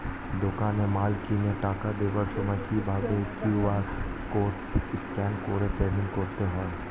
দোকানে মাল কিনে টাকা দেওয়ার সময় কিভাবে কিউ.আর কোড স্ক্যান করে পেমেন্ট করতে হয়?